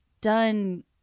done